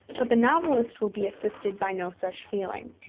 but the novelist will be assisted by no such feeling.